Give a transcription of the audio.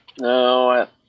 no